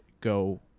go